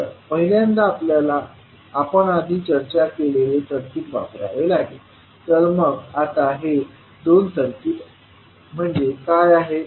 तर पहिल्यांदा आपल्याला आपण आधी चर्चा केलेले सर्किट वापरावे लागेल तर मग आता हे दोन सर्किट म्हणजे काय आहे